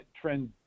trend